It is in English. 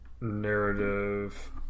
narrative